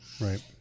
Right